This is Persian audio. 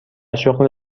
شغل